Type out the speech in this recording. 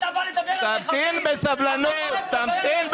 אתה בא לדבר על --- תמתין בסבלנות, ילד.